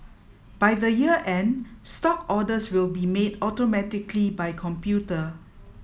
by the year end stock orders will be made automatically by computer